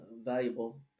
valuable